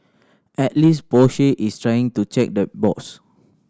at least Porsche is trying to check the box